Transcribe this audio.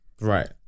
Right